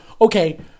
okay